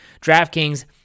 DraftKings